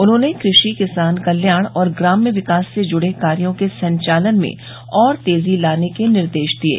उन्होंने कृषि किसान कल्याण और ग्राम्य विकास से जुड़े कार्यो के संचालन में और तेजी लाने के निर्देश दिये